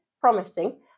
promising